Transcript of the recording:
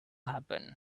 happen